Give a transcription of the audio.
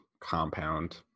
compound